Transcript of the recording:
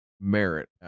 merit